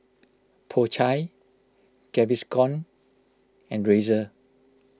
Po Chai Gaviscon and Razer